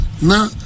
Now